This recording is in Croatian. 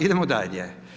Idemo dalje.